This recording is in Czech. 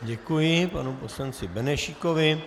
Děkuji panu poslanci Benešíkovi.